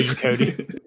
Cody